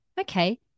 okay